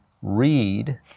read